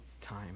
time